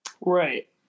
Right